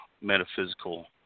metaphysical